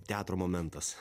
teatro momentas